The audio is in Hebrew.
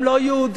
"הם לא יהודים".